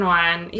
one